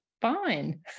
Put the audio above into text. fine